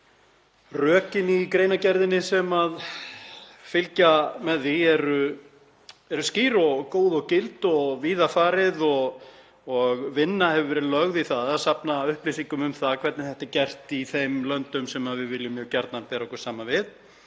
mál. Rökin í greinargerðinni sem fylgja með því eru skýr og góð og gild, víða farið og vinna hefur verið lögð í að safna upplýsingum um það hvernig þetta er gert í þeim löndum sem við viljum mjög gjarnan bera okkur saman við,